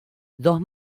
dos